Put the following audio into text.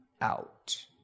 out